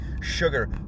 sugar